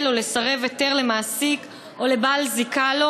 או לסרב לתת היתר למעסיק או לבעל זיקה לו,